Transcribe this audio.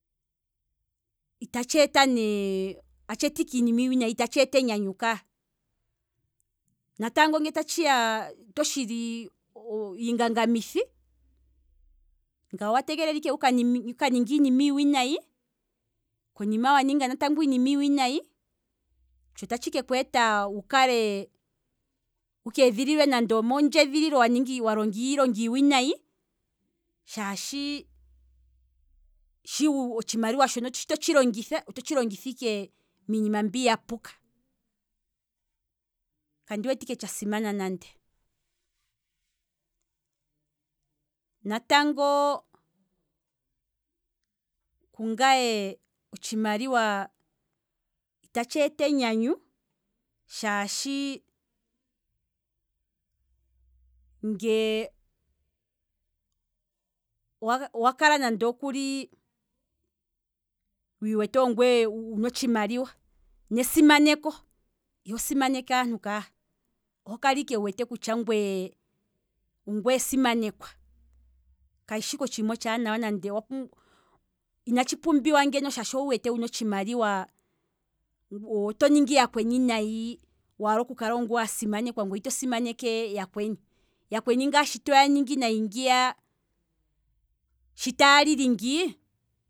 Ita tsheeta ne. atsheeta ike iinima iiwinayi, ita tshi eta enyanyu ka, natango nge ta tshiya to shili iingangamithi ngano owa tegelela ike wuka ninge iinima iiwinayi, konima waninga iinima iiwinayi tsho tatshi keeta wu kale wukeedhililwe nande omo ndjedhililo walonga iilonga iiwinayi, shaashi otshimaliwa shono shi totshi longitha, ototshi longitha ike miinima mbi yapuka, kandi wete ike tsha simana nande, natango kungaye otshimaliwa, ita tsheeta enyanyu shaashi nge owakala nande okuli, wiiwete ongweye wuna otshimaliwa nesimaneko iho simaneke aantu, oho kala ike wu wete ongweye simanekwa, katshishi ike otshiima otshaanawa nande, inatshi pumbiwa shaashi owiiwete wuna otshimaliwa oto ningi yakweni nayi waala oku kala ongweye wasimanekwa ngweye ito simaneke yakweni, yakweni ngaa shi toya ningi nayi ngiya, shi taalili ngii